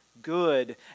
Good